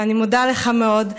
ואני מודה לך מאוד.